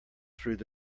through